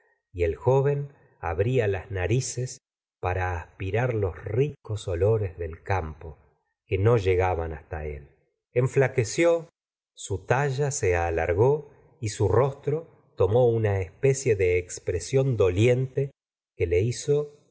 y el joven abría las narices para aspirar los ricos olores del campo que no llegaban hasta él enflaqueció su talla se alargó y su rostro tomó una especie de epxresión doliente que le hizo